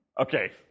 Okay